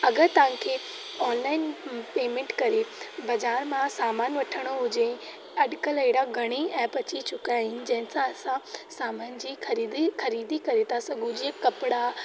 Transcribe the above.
अगरि तव्हांखे online payment करे बज़ार मां सामानु वठिणो हुजे अॼु कल्ह अहिड़ा घणेई ऐप अची चुका आहिनि जंहिं सां असां सामान जी ख़रीदी ख़रीदी करे था सघूं जीअं कपिड़ा